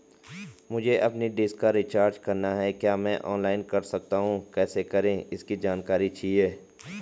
मुझे अपनी डिश का रिचार्ज करना है क्या मैं ऑनलाइन कर सकता हूँ कैसे करें इसकी जानकारी चाहिए?